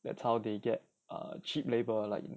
that's how they get uh cheap labour like you know